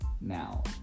now